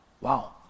Wow